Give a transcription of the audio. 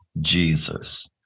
Jesus